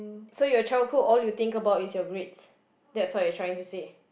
so your childhood all you think about is your grades that's what you're trying to say